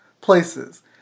places